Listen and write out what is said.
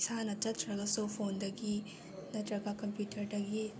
ꯏꯁꯥꯅ ꯆꯠꯇ꯭ꯔꯒꯁꯨ ꯐꯣꯟꯗꯒꯤ ꯅꯠꯇ꯭ꯔꯒ ꯀꯝꯄ꯭ꯌꯨꯇꯔꯗꯒꯤ